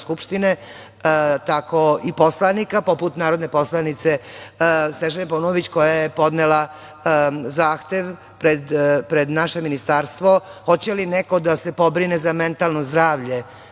tako i poslanika, poput narodne poslanice Snežane Paunović koja je podnela zahtev pred naše Ministarstvo hoće li neko da se pobrine za mentalno zdravlje